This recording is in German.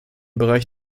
bereich